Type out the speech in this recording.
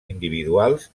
individuals